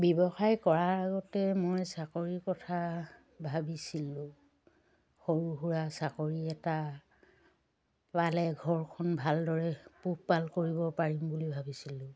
ব্যৱসায় কৰাৰ আগতে মই চাকৰিৰ কথা ভাবিছিলোঁ সৰু সুৰা চাকৰি এটা পালে ঘৰখন ভালদৰে পোহপাল কৰিব পাৰিম বুলি ভাবিছিলোঁ